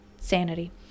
sanity